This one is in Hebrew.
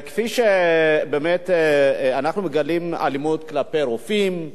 כפי שאנחנו מגלים אלימות כלפי רופאים,